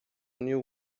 new